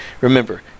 Remember